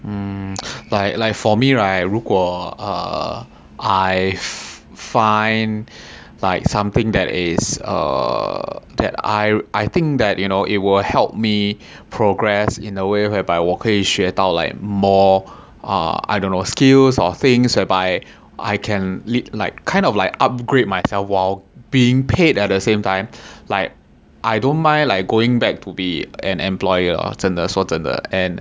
mm like like like for me right 如果 uh I find like something that is err that I I think that you know it will help me progress in a way whereby 我可以学到 like more uh I don't know skills or things whereby I can lead like kind of like upgrade myself while being paid at the same time like I don't mind like going back to be an employer 真的说真的 and